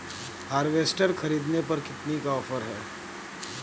Harvester ख़रीदने पर कितनी का ऑफर है?